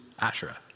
Asherah